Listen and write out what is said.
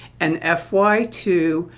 and f y two,